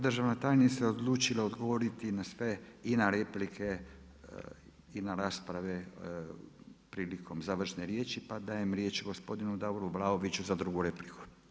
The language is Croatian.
Državna tajnice odlučila odgovoriti i na sve i na replike i na rasprave prilikom završne riječi, pa dajem riječ gospodinu Davoru Vlaoviću za drugu repliku.